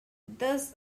thus